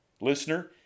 Listener